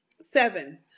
Seven